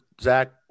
Zach